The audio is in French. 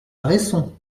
resson